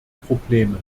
probleme